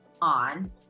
on